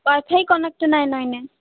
Y FI connect ନା ନାହିଁନେ